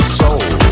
soul